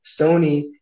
Sony